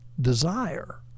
desire